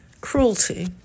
cruelty